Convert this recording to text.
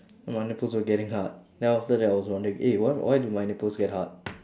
my nipples were getting hard then after that I was wondering eh why why do my nipples get hard